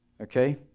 Okay